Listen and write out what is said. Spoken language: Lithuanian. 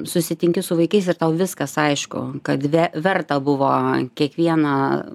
susitinki su vaikais ir tau viskas aišku kad ve verta buvo kiekvieną